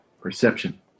Perception